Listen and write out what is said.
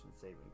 Saving